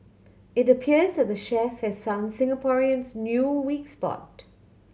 it appears that the chef has found Singaporeans' new weak spot